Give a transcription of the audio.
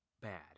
bad